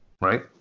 right